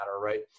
right